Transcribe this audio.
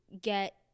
get